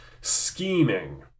scheming